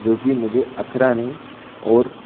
जो कि मुझे अख़रा नहीं और